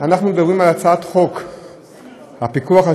אנחנו מדברים על הצעת חוק הפיקוח על